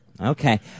Okay